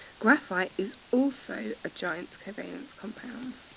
graphite is also a giant covalent compound.